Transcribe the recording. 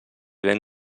ben